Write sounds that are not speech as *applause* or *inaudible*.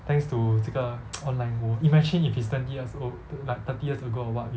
thanks to 这个 *noise* online lor imagine if it's twenty years ago or like thirty years ago or what